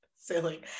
silly